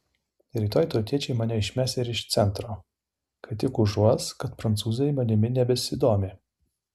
rytoj tautiečiai mane išmes ir iš centro kai tik užuos kad prancūzai manimi nebesidomi